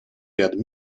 ряд